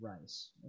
Rice